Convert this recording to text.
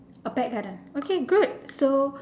a pet garden okay good so